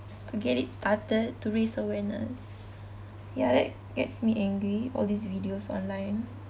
to get it started to raise awareness ya that gets me angry all these videos online